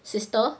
sister